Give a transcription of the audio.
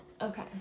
Okay